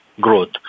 growth